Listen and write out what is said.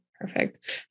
Perfect